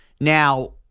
Now